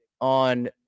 on